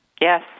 Yes